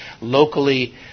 locally